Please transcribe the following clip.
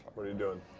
what're you doing?